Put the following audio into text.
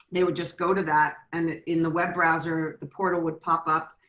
they would just go to that, and in the web browser, the portal would pop up.